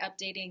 updating